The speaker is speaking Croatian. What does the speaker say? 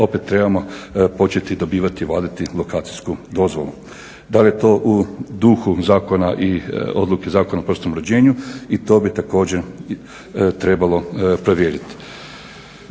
opet trebamo početi dobivati i vaditi lokacijsku dozvolu. Da li je to u duhu zakona i odluke Zakona o prostornom uređenju i to bi također trebalo provjeriti.